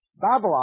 Babylon